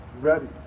ready